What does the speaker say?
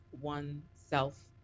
oneself